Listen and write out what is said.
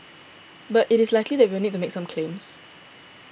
but it is likely that we will need to make some claims